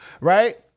right